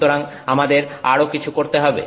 সুতরাং আমাদের আরও কিছু করতে হবে